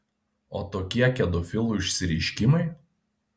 o tokie kedofilų išsireiškimai